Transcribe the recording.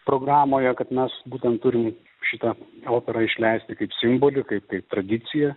programoje kad mes būtent turim šitą operą išleisti kaip simbolį kaip kaip tradiciją